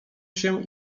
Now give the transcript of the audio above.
się